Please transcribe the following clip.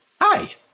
hi